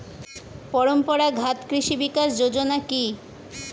পরম্পরা ঘাত কৃষি বিকাশ যোজনা কি?